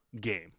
game